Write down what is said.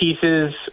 pieces